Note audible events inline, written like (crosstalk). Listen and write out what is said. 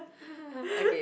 (laughs) okay